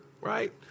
right